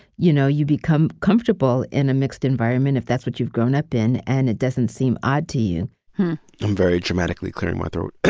you know, you become comfortable in a mixed environment if that's what you've grown up in. and it doesn't seem odd to you i'm very dramatically clearing my throat.